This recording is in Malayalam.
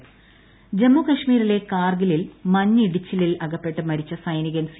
കാർഗിൽ ജമ്മു കാശ്മീരിലെ കാർഗിലിൽ മഞ്ഞിടിച്ചിലിൽ അകപ്പെട്ട് മരിച്ച സൈനികൻ സി